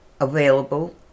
available